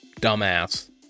dumbass